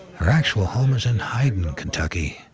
her actual home is in hyden, kentucky,